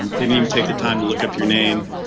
didn't even take the time to look up your name.